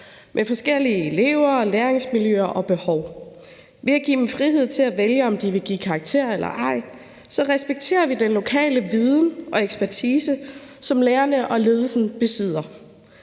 med forskellige elever, læringsmiljøer og behov. Ved at give dem frihed til at vælge, om de vil give karakterer eller ej, respekterer vi den lokale viden og ekspertise, som lærerne og ledelsen besidder.